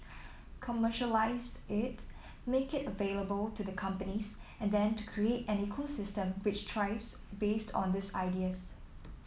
commercialise it make it available to the companies and then to create an ecosystem which thrives based on these ideas